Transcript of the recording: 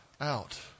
out